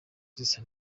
zisa